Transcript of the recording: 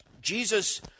Jesus